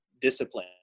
discipline